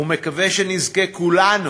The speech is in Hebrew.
ומקווה שנזכה כולנו